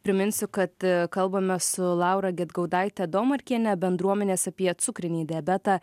priminsiu kad kalbame su laura gedgaudaite domarkiene bendruomenės apie cukrinį diabetą